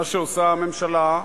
מה שעושה הממשלה,